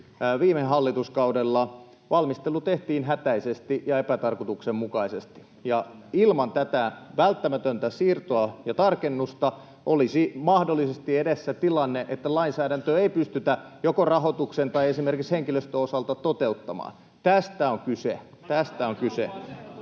viime hallituskaudella valmistelu tehtiin hätäisesti ja epätarkoituksenmukaisesti, ja ilman tätä välttämätöntä siirtoa ja tarkennusta olisi mahdollisesti edessä tilanne, että lainsäädäntöä ei pystytä joko rahoituksen tai esimerkiksi henkilöstön osalta toteuttamaan. Tästä on kyse. [Välihuutoja